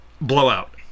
Blowout